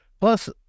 plus